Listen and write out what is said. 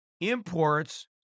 imports